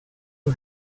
who